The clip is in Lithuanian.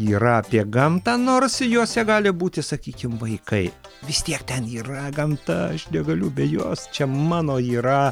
yra apie gamtą nors jose gali būti sakykim vaikai vis tiek ten yra gamta aš negaliu be jos čia mano yra